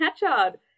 Hatchard